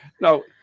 No